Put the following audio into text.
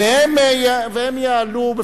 והם יעלו בפניך,